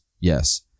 Yes